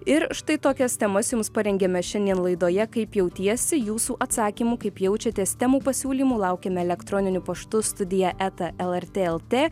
ir štai tokias temas jums parengėme šiandien laidoje kaip jautiesi jūsų atsakymų kaip jaučiatės temų pasiūlymų laukiam elektroniniu paštu studija eta lrt lt